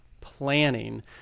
planning